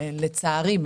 לצערי,